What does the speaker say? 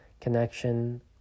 connection